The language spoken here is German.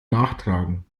nachtragen